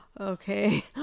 Okay